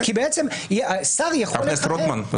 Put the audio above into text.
זה